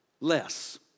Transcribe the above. less